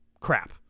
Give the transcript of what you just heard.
crap